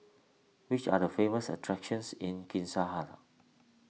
which are the famous attractions in